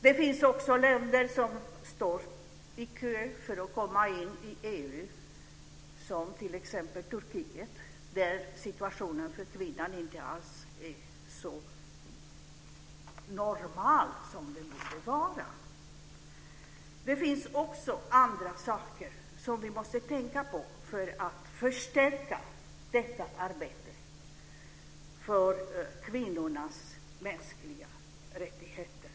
Det finns också länder som står i kö för att komma in i EU, som t.ex. Turkiet, där situationen för kvinnan inte alls är så normal som den borde vara. Det finns också andra saker som vi måste tänka på för att förstärka detta arbete för kvinnornas mänskliga rättigheter.